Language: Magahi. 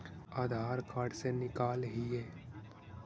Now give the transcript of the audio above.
आधार कार्ड से निकाल हिऐ?